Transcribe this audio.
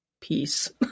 peace